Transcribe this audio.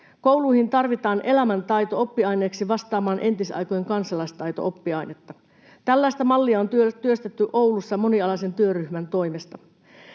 Kouluihin tarvitaan elämäntaito oppiaineeksi vastaamaan entisaikojen kansalaistaito-oppiainetta. Tällaista mallia on työstetty Oulussa monialaisen työryhmän toimesta.